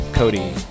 Cody